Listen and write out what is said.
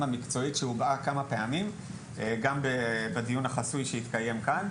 המקצועית שהובעה כמה פעמים גם בדיון החסוי שהתקיים כאן,